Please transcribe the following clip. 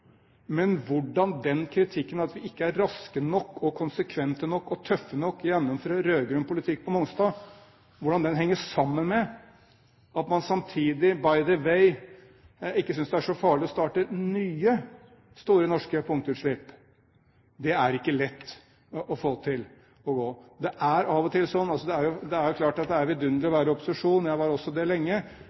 Men hvordan den kritikken at vi ikke er raske nok, konsekvente nok og tøffe nok når det gjelder å gjennomføre rød-grønn politikk på Mongstad, henger sammen med at man samtidig – by the way – ikke synes det er så farlig å starte nye, store norske punktutslipp, er ikke lett å få til å gå opp. Det er klart at det er vidunderlig å være i opposisjon – jeg var også det lenge